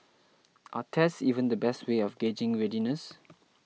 are tests even the best way of gauging readiness